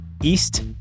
East